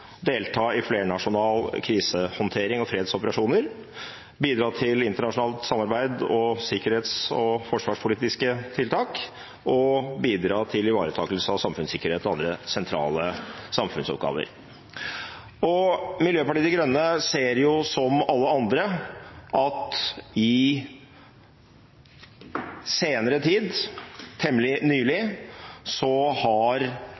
delta i flernasjonal krisehåndtering og fredsoperasjoner bidra til internasjonalt samarbeid og sikkerhets- og forsvarspolitiske tiltak bidra til ivaretakelse av samfunnssikkerhet og andre sentrale samfunnsoppgaver Miljøpartiet De Grønne ser, som alle andre, at i senere tid – temmelig nylig – har